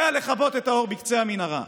זה לכבות את האור בקצה המנהרה.